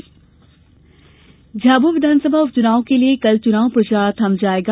झाबुआ उपचुनाव झाबुआ विधानसभा उपचुनाव के लिए कल चुनाव प्रचार थम जाएगा